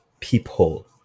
peephole